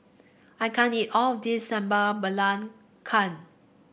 I can't eat all of this Sambal Belacan